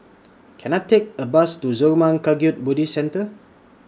Can I Take A Bus to Zurmang Kagyud Buddhist Centre